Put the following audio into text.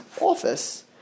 office